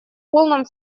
полном